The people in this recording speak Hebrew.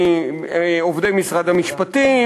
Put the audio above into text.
עובדי משרד המשפטים,